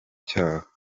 cyabo